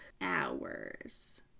hours